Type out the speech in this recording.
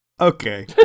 Okay